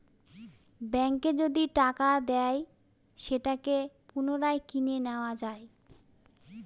ব্যাঙ্কে যদি টাকা দেয় সেটাকে পুনরায় কিনে নেত্তয়া যায়